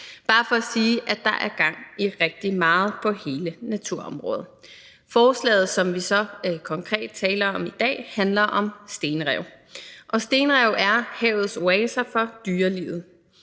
bare for at sige, at der er gang i rigtig meget på hele naturområdet. Forslaget, som vi så konkret taler om i dag, handler om stenrev. Stenrev er havets oaser for dyrelivet,